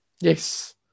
Yes